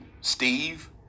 Steve